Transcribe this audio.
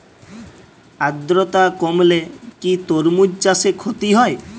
আদ্রর্তা কমলে কি তরমুজ চাষে ক্ষতি হয়?